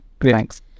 Thanks